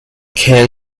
can